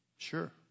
Sure